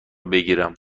بگیرم